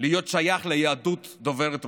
להיות שייך ליהדות דוברת הרוסית.